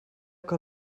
que